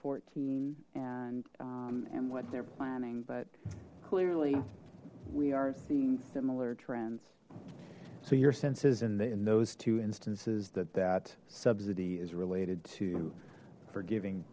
fourteen and and what they're planning but clearly we are seeing similar trends so your senses in those two instances that that subsidy is related to forgiving